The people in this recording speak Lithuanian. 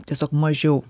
tiesiog mažiau